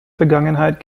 vergangenheit